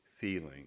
feeling